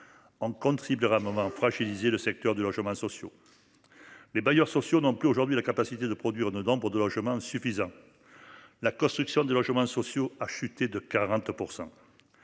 En contribuera moment fragilisé le secteur de logements sociaux. Les bailleurs sociaux n'plus aujourd'hui la capacité de produire dedans pour de logement suffisant. La construction de logements sociaux a chuté de 40%.